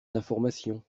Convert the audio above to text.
d’information